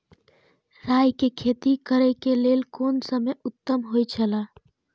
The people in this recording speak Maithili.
राय के खेती करे के लेल कोन समय उत्तम हुए छला?